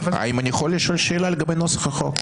האם אני יכול לשאול שאלה לגבי נוסח החוק?